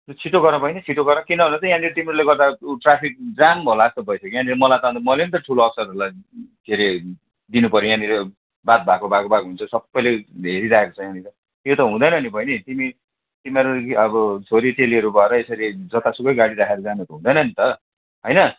छिटो गर बहिनी छिटो गर किन भन त यहाँनिर तिम्रोले गर्दा ऊ ट्राफिक जाम होला जस्तो भइसक्यो यहाँनिर मलाई मैले पनि त ठुलो अफिसरहरूलाई के अरे दिनुपर्यो यहाँनिर बात भएको भएको भएको हुन्छ सबैले हेरिरहेको छ यहाँनिर त्यो त हुँदैन नि बहिनी तिमी तिमीहरू अब छोरीचेलीहरू भएर यसरी जतासुकै गाडी राखेर जानु त हुँदैन नि त होइन